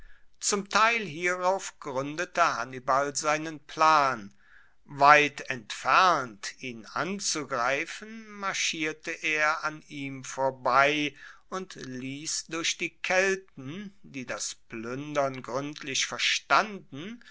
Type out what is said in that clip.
zum teil hierauf gruendete hannibal seinen plan weit entfernt ihn anzugreifen marschierte er an ihm vorbei und liess durch die kelten die das pluendern gruendlich verstanden